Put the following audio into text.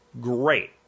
great